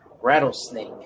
Rattlesnake